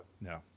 No